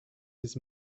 his